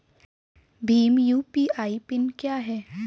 Bhim UPI PIN क्या है?